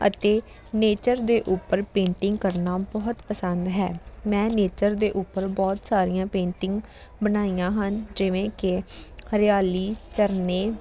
ਅਤੇ ਨੇਚਰ ਦੇ ਉੱਪਰ ਪੇਂਟਿੰਗ ਕਰਨਾ ਬਹੁਤ ਪਸੰਦ ਹੈ ਮੈਂ ਨੇਚਰ ਦੇ ਉੱਪਰ ਬਹੁਤ ਸਾਰੀਆਂ ਪੇਂਟਿੰਗ ਬਣਾਈਆਂ ਹਨ ਜਿਵੇਂ ਕਿ ਹਰਿਆਲੀ ਝਰਨੇ